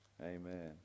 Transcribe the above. Amen